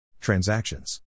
Transactions